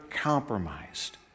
compromised